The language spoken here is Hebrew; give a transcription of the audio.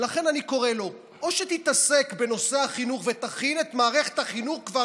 ולכן אני קורא לו: או שתתעסק בנושא החינוך ותכין את מערכת החינוך כבר,